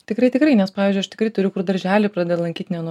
tikrai tikrai nes pavyzdžiui aš tikrai turiu kur darželį pradeda lankyt ne nuo